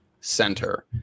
center